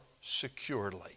securely